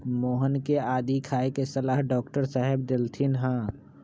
मोहन के आदी खाए के सलाह डॉक्टर साहेब देलथिन ह